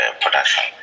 production